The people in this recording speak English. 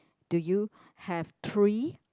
do you have three